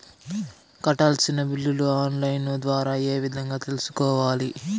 కట్టాల్సిన బిల్లులు online ద్వారా ఏ విధంగా తెలుసుకోవాలి?